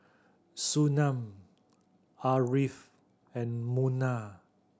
Surinam Ariff and Munah